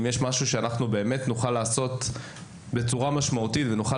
אם יש משהו שאנחנו באמת נוכל לעשות בצורה משמעותית ונוכל